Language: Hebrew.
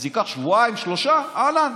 אז ייקח שבועיים-שלושה, אהלן,